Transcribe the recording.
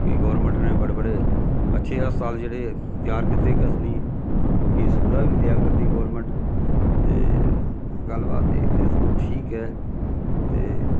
कि गौरमैंट ने बड़े बड़े अच्छे अस्पताल जेह्ड़े त्यार कीते कि असें लोकें गी सुविधा बी देआ करदी गौरमैंट ते गल्ल बात एह् कि अस हून ठीक ऐ ते